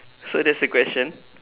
so that's the question